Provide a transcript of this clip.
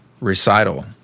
recital